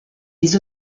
des